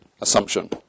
assumption